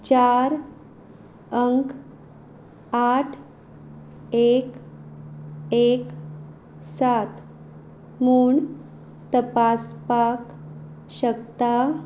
चार अंक आठ एक एक सात म्हूण तपासपाक शकता